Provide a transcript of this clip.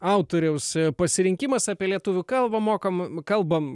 autoriaus pasirinkimas apie lietuvių kalbą mokam kalbam